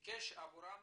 וביקש עבורם